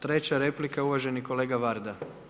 Treća replika, uvaženi kolega Varda.